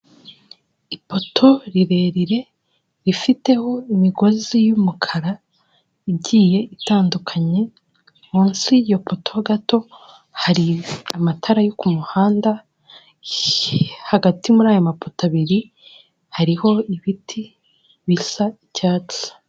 Ipoto rirerire rifiteho imigozi y'umukara igiye itandukanye, munsi y'iyo poto gato hari amatara yo ku muhanda, hagati muri aya mapoto abiri hariho ibiti bisa icyatsi.